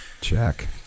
Check